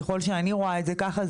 ככל שאני רואה את זה ככה,